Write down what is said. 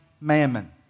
mammon